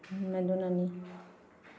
ꯃꯗꯨꯅꯅꯤ